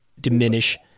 diminish